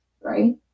right